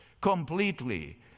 completely